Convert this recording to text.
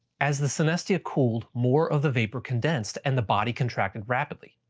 as the synestia cooled, more of the vapor condensed and the body contracted rapidly.